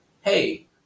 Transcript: hey